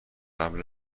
قبل